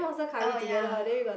oh ya